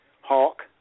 Hawk